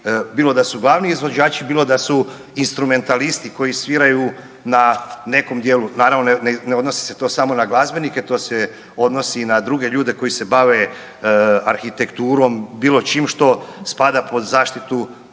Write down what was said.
bilo da su glavni izvođači, bilo da su instrumentalisti koji sviraju na nekom dijelu, naravno ne odnosi se to samo na glazbenike, to se odnosi i na druge ljude koji se bave arhitekturom, bilo čim što spada pod zaštitu